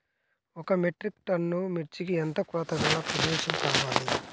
ఒక metric ton మిర్చికి ఎంత కొలతగల ప్రదేశము కావాలీ?